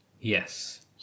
Yes